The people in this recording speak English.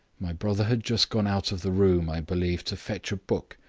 my brother had just gone out of the room, i believe, to fetch a book.